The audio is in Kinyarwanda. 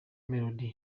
melody